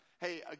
hey